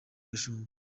gashumba